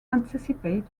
anticipate